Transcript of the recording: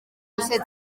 set